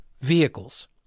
vehicles